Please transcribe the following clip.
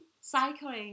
cycling